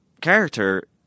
character